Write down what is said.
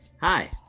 Hi